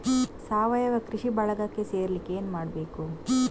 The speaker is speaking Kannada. ಸಾವಯವ ಕೃಷಿ ಬಳಗಕ್ಕೆ ಸೇರ್ಲಿಕ್ಕೆ ಏನು ಮಾಡ್ಬೇಕು?